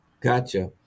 Gotcha